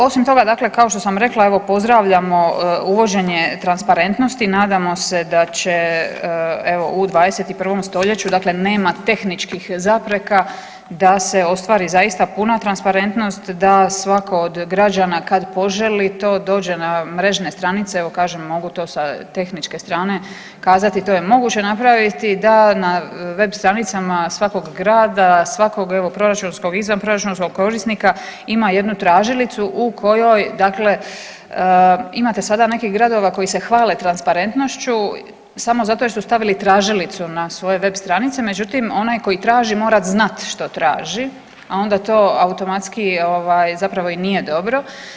Osim toga, dakle kao što sam rekla pozdravljamo uvođenje transparentnosti, nadamo se da će evo u 21. stoljeću dakle nema tehničkih zapreka da se ostvari zaista puna transparentnost, da svako od građana kad poželi to dođe na mrežne stranice evo kažem mogu to sa tehničke strane kazati to je moguće napraviti, da na web stranicama svakog grada, svakog evo proračunskog, izvanproračunskog korisnika ima jednu tražilicu u kojoj dakle, imate sada nekih gradova koji se hvale transparentnošću samo zato jer su stavili tražilicu na svoje web stranice međutim onaj koji traži mora znati što traži, a onda to automatski zapravo i nije dobro.